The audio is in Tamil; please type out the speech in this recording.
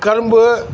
கரும்பு